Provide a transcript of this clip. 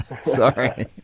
sorry